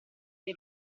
dei